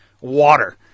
water